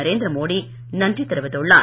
நரேந்திர மோடி நன்றி தெரிவித்துள்ளார்